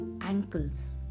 ankles